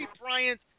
Bryant